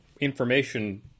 information